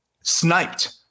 sniped